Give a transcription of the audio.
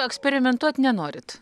eksperimentuot nenorit